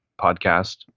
podcast